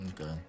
Okay